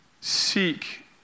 seek